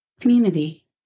community